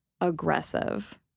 aggressive